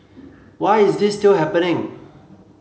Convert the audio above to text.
why is this still happening